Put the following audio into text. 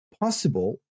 possible